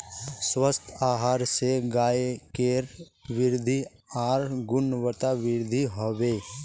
स्वस्थ आहार स गायकेर वृद्धि आर गुणवत्तावृद्धि हबे